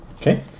Okay